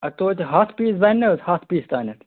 اَدٕ توتہِ ہَتھ پیٖس بنہِ نہٕ حظ ہَتھ پیٖس تانٮ۪تھ